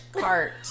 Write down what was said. cart